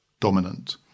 dominant